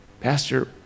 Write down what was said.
Pastor